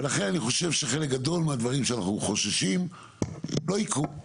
ולכן אני חושב שחלק גדול מהדברים שאנחנו חוששים לא יקרו.